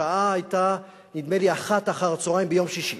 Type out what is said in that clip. השעה היתה נדמה לי אחת בצהריים ביום שישי,